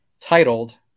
titled